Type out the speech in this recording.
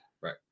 Right